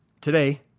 Today